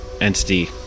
entity